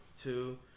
Two